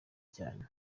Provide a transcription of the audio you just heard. cyane